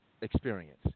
experience